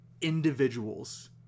individuals